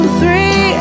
three